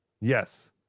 yes